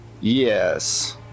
Yes